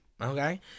okay